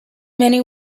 many